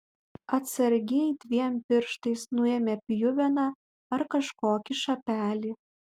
atsargiai dviem pirštais nuėmė pjuveną ar kažkokį šapelį